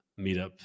meetup